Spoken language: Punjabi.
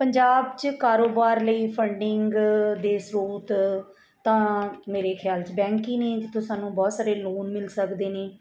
ਪੰਜਾਬ 'ਚ ਕਾਰੋਬਾਰ ਲਈ ਫੰਡਿੰਗ ਦੇ ਸਰੋਤ ਤਾਂ ਮੇਰੇ ਖਿਆਲ 'ਚ ਬੈਂਕ ਹੀ ਨੇ ਜਿੱਥੋਂ ਸਾਨੂੰ ਬਹੁਤ ਸਾਰੇ ਲੋਨ ਮਿਲ ਸਕਦੇ ਨੇ